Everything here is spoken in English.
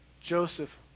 Joseph